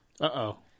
Uh-oh